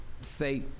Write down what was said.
say